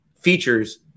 features